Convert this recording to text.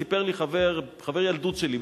סיפר לי חבר ילדות שלי,